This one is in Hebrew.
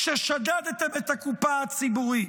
כששדדתם את הקופה הציבורית?